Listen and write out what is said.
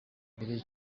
mbere